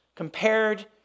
compared